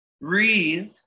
Breathe